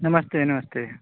नमस्ते नमस्ते